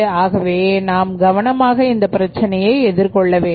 ஆகவே நாம் கவனமாக இந்த பிரச்சனையை எதிர்கொள்ள வேண்டும்